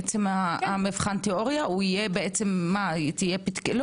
תהיה פתקית?